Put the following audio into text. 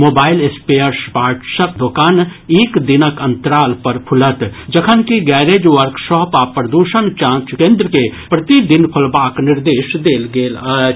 mobile spares पार्ट्सक दोकान एक दिनक अंतराल पर खुलत जखनकि गैरेज वर्कशॉप आ प्रदूषण जांच केन्द्र के प्रतिदिन खोलबाक निर्देश देल गेल अछि